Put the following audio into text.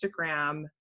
Instagram